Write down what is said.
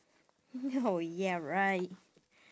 oh ya right